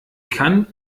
kann